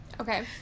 Okay